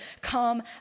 come